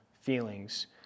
feelings